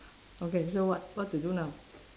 okay so what what to do now